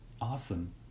Awesome